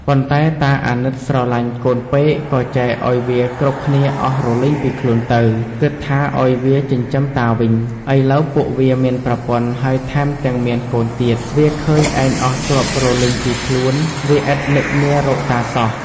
ប៉ុន្តែតាអាណិតស្រឡាញ់កូនពេកក៏ចែកឱ្យវាគ្រប់គ្នាអស់រលីងពីខ្លួនទៅ គិតថាឱ្យវាចិញ្ចឹមតាវិញ ឥឡូវពួកវាមានប្រពន្ធហើយថែមទាំងមានកូនទៀត វាឃើញឯងអស់ទ្រព្យរលីងពីខ្លួន វាឥតនឹកនារកតាសោះ។